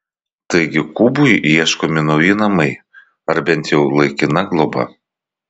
taigi kubui ieškomi nauji namai ar bent jau laikina globa